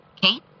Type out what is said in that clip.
Kate